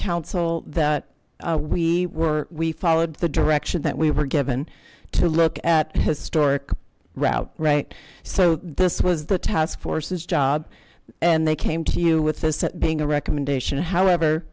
counsel that we were we followed the direction that we were given to look at historic route right so this was the task forces job and they came to you with this being a recommendation however